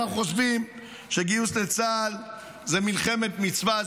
אנחנו חושבים שגיוס לצה"ל הוא מלחמת מצווה,